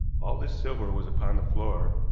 all this silver was upon the floor,